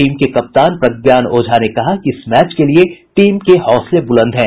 team के कप्तान प्रज्ञान ओझा ने कहा कि इस मैच के लिये टीम के हौसले बुलंद हैं